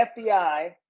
FBI